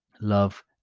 love